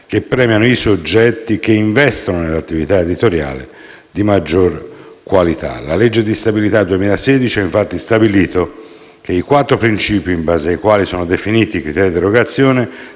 che premiano i soggetti che investono nell'attività editoriale di maggiore qualità. La legge di stabilità 2016 ha infatti stabilito che i quattro principi in base ai quali sono definiti i criteri di erogazione